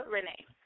Renee